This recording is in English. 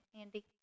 Andy